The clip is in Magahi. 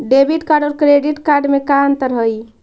डेबिट और क्रेडिट कार्ड में का अंतर हइ?